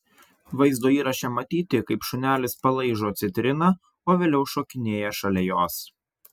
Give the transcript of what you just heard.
vaizdo įraše matyti kaip šunelis palaižo citriną o vėliau šokinėja šalia jos